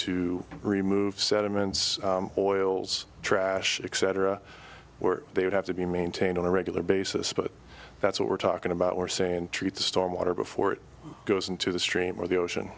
to remove sediments oils trash exciter a were they would have to be maintained on a regular basis but that's what we're talking about we're saying treat the storm water before it goes into the stream or the ocean